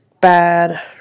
bad